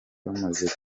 bamaze